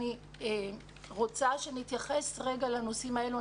אני רוצה שנתייחס רגע לנושאים האלה.